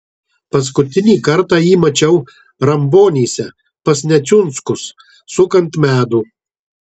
paskutinį kartą jį mačiau rumbonyse pas neciunskus sukant medų